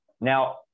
Now